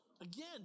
Again